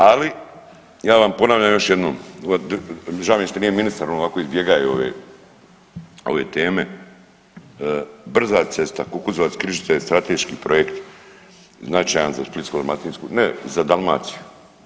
Ali ja vam ponavljam još jednom, žao mi je što nije ministar, on ovako izbjegaje ove, ove teme, brza cesta Kukuzovac – Križice je strateški projekt značajan za Splitsko-dalmatinsku, ne za Dalmaciju.